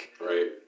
right